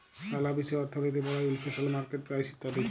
লালা বিষয় অর্থলিতি পড়ায়ে ইলফ্লেশল, মার্কেট প্রাইস ইত্যাদি